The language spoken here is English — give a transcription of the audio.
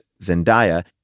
Zendaya